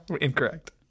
Incorrect